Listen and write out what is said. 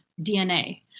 DNA